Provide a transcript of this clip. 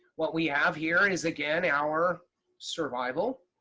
what we have here is again our survival.